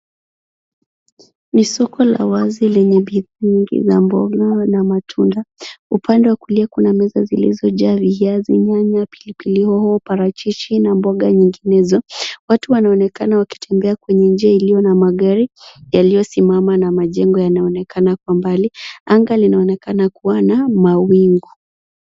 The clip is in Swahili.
Ni soko la wazi lenye vitu na mboga na matunda. Upande wa kulia kuna meza zilizojaa viazi, nyanya, pilipili hoho, parachichi, na mboga nyinginezo. Watu wanaonekana wakitembea kwenye njia iliyo na magari yaliyosimama na majengo yanaonekana kwa mbali. Anga linaonekana kuwa na mawingu.